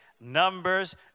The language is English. Numbers